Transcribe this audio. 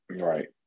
right